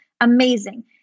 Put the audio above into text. Amazing